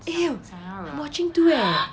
eh I'm watching too eh